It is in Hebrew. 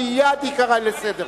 מייד ייקרא לסדר.